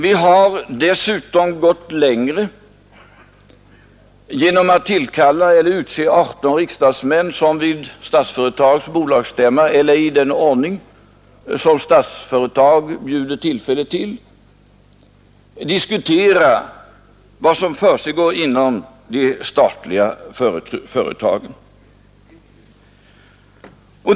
Vi har dessutom gått längre genom att utse 18 riksdagsmän som vid Statsföretags bolagsstämma eller i den ordning som Statsföretag bjuder tillfälle till får diskutera vad som försiggår inom de statliga företagen.